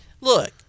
Look